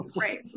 right